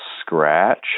Scratch